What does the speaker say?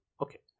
Okay